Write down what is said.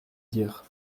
dire